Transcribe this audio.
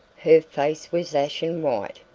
her face was ashen white,